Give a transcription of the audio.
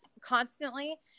constantly